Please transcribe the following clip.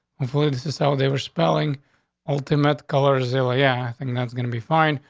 hopefully, this is how they were spelling ultimate colors ill. yeah, i think that's gonna be fine.